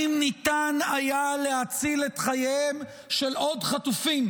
אם ניתן היה להציל את חייהם של עוד חטופים,